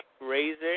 Razor